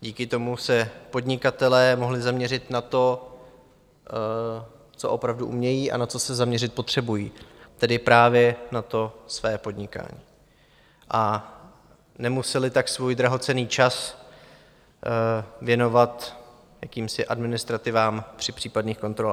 Díky tomu se podnikatelé mohli zaměřit na to, co opravdu umějí a na co se zaměřit potřebují, tedy právě na to své podnikání, a nemuseli tak svůj drahocenný čas věnovat jakýmsi administrativám při případných kontrolách.